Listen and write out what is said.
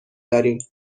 داریم